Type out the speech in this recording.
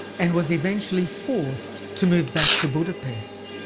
and was eventually forced to move back to budapest.